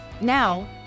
Now